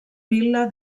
vil·la